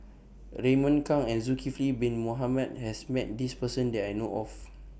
Raymond Kang and Zulkifli Bin Mohamed has Met This Person that I know of